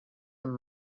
amb